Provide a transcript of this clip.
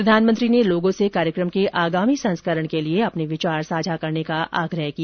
प्रधानमंत्री ने लोगों से कार्यक्रम के आगामी संस्करण के लिए अपने विचार साझा करने का भी आग्रह किया